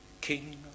King